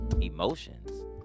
emotions